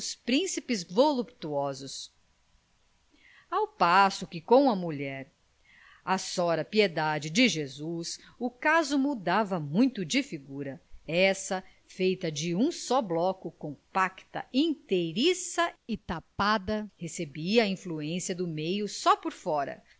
príncipes voluptuosos ao passo que com a mulher a sora piedade de jesus o caso mudava muito de figura essa feita de um só bloco compacta inteiriça e tapada recebia a influência do meio só por fora